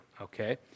Okay